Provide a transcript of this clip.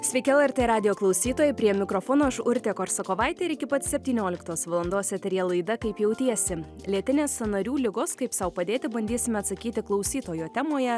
sveiki lrt radijo klausytojai prie mikrofono aš urtė korsakovaitė ir iki pat septynioliktos valandos eteryje laida kaip jautiesi lėtinės sąnarių ligos kaip sau padėti bandysime atsakyti klausytojo temoje